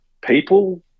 people